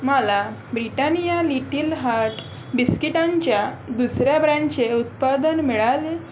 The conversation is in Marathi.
मला ब्रिटानिया लिटील हार्ट बिस्किटांच्या दुसऱ्या ब्रँडचे उत्पादन मिळाले